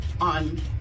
on